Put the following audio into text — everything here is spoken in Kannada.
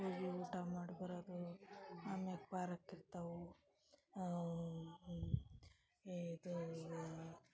ಹೋಗಿ ಊಟ ಮಾಡಿ ಬರೋದು ಅಮ್ಯಾಕ ಪಾರಕ್ ಇರ್ತಾವು ಇದು